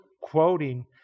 quoting